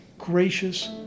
gracious